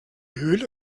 höhle